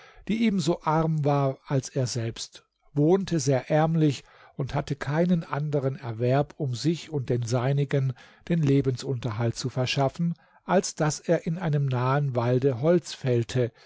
die ebenso arm war als er selbst wohnte sehr ärmlich und hatte keinen anderen erwerb um sich und den seinigen den lebensunterhalt zu verschaffen als daß er in einem nahen walde holz fällte